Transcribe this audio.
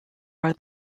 are